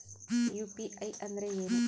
UPI ಅಂದ್ರೆ ಏನು?